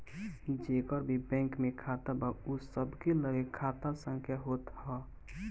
जेकर भी बैंक में खाता बा उ सबके लगे खाता संख्या होत हअ